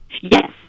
Yes